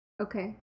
Okay